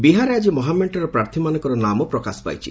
ବିହାରରେ ଆଜି ମହାମେଣ୍ଟର ପ୍ରାର୍ଥମାନଙ୍କର ନାମ ପ୍ରକାଶ ପାଇଛି